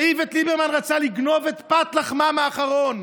שאיווט ליברמן רצה לגנוב את פת לחמם האחרונה,